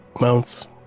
mounts